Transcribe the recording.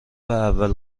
اول